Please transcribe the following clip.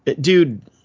Dude